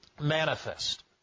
manifest